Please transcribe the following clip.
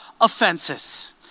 offenses